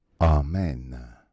Amen